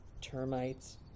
termites